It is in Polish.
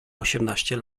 osiemnaście